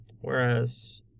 whereas